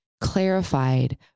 clarified